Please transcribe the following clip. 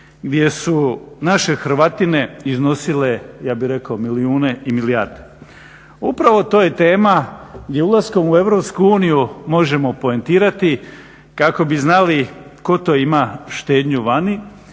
gdje su naše hrvatine iznosile ja bih rekao milijune i milijarde. Upravo to je tema gdje ulaskom u EU možemo poentirati kako bi znali tko to ima štednju vani